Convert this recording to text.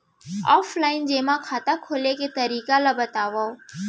Offline जेमा खाता खोले के तरीका ल बतावव?